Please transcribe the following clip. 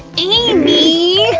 amy!